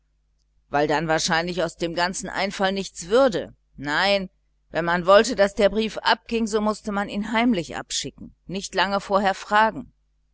weil dann wahrscheinlich aus dem ganzen einfall nichts würde nein wenn man wollte daß der brief abging so mußte man ihn heimlich abschicken nicht lange vorher fragen